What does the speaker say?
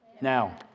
Now